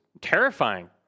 terrifying